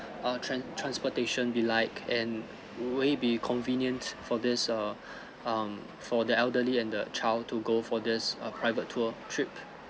a tran~ transportation be liked and would it be convenient for this uh um for the elderly and the child to go for this uh private tour trip